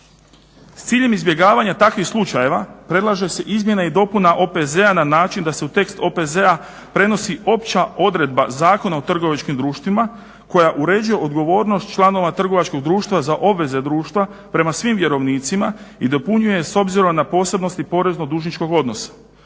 S ciljem izbjegavanja takvih slučajeva predlaže se izmjena i dopuna OPZ-a na način da se u tekst OPZ-a prenosi opća odredba Zakona o trgovačkim društvima koja uređuje odgovornost članova trgovačkog društva za obveze društva prema svim vjerovnicima i dopunjuje s obzirom na posebnosti poreznog dužničkog odnosa.